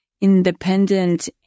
independent